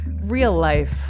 real-life